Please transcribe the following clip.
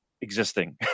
Existing